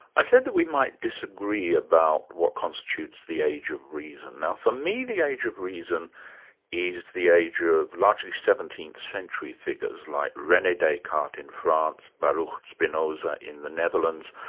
i said that we might disagree about what constitutes the age of reason. now for me the age of reason is the age of largely seventeenth century figures like rene descartes in france, baruch spinoza in the netherlands,